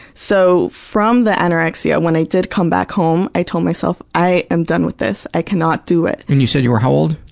so, from the anorexia, when i did come back home, i told myself, i am done with this. i cannot do it. and you said you were how old?